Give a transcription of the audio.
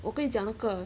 我跟你讲那个